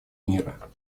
мира